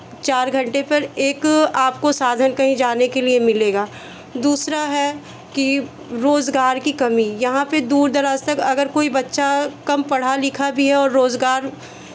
चार घंटे पर एक तो आपको साधन कहीं जाने के लिए मिलेगा दूसरा है कि रोज़गार की कमी यहाँ पे दूर दराज़ तक अगर कोई बच्चा कम पढ़ा लिखा भी है और रोज़गार